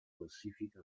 classifica